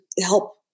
help